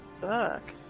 fuck